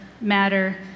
matter